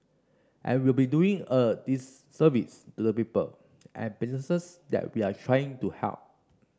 and we will be doing a disservice to the people and businesses that we are trying to help